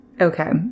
Okay